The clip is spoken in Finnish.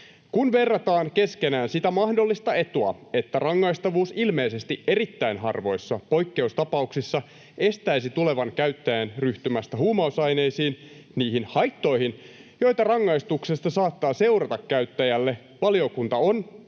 ”Kun verrataan keskenään sitä mahdollista etua, että rangaistavuus ilmeisesti erittäin harvoissa poikkeustapauksissa estäisi tulevan käyttäjän ryhtymästä huumausaineisiin, niihin haittoihin, joita rangaistuksesta saattaa seurata käyttäjälle, valiokunta on